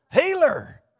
Healer